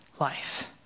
life